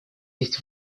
есть